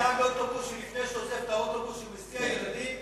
נהג אוטובוס לפני שהוא עוזב את האוטובוס שמסיע ילדים,